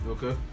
Okay